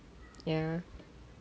ya